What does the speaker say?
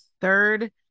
third